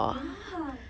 ya